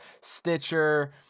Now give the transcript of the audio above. Stitcher